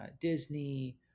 Disney